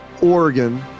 Oregon